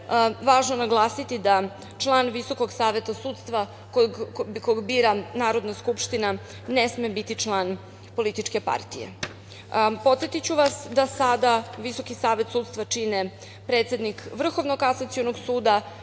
važno naglasiti da član Visokog saveta sudstva koga bira Narodna skupština ne sme biti član političke partije. Podsetiću vas da sada Visoki savet sudstva čine predsednik Vrhovnog kasacionog suda,